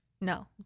No